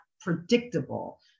predictable